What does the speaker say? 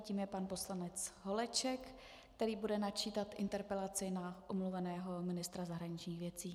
Tím je pan poslanec Holeček, který bude načítat interpelaci na omluveného ministra zahraničních věcí.